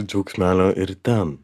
džiaugsmelio ir ten